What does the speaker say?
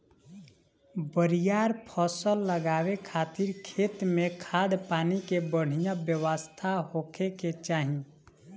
बरियार फसल लगावे खातिर खेत में खाद, पानी के बढ़िया व्यवस्था होखे के चाही